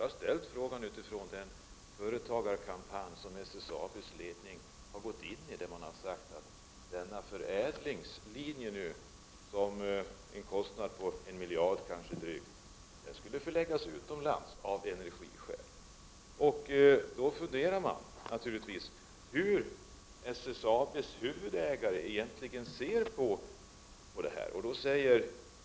Jag har ställt frågan utifrån den företagarkampanj som SSAB:s ledning har gått in i, där man har sagt att denna förädlingslinje med en kostnad på drygt en miljard skall förläggas utomlands av energiskäl. I det sammanhanget funderar man naturligtvis på hur SSAB:s huvudägare egentligen ser på det här.